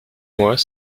mois